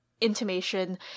intimation